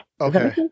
Okay